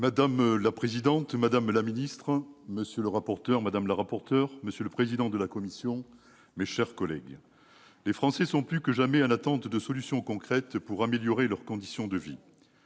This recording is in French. Madame la présidente, madame la ministre, madame, monsieur les rapporteurs, monsieur le président de la commission, mes chers collègues, les Français sont plus que jamais en attente de solutions concrètes pour améliorer leurs conditions de vie,